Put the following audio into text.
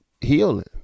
healing